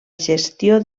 gestió